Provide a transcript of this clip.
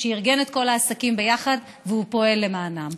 שארגן את כל העסקים ביחד והוא פועל למענם.